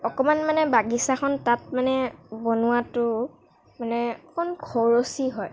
অকণমান মানে বাগিচাখন তাত মানে বনোৱাটো মানে অকণ খৰচী হয়